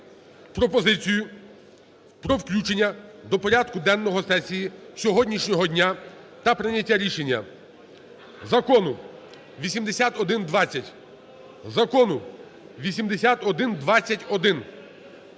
пропозицію про включення до порядку денного сесії сьогоднішнього дня та прийняття рішення закону 8120, закону 8121,